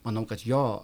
manau kad jo